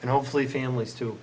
and hopefully families to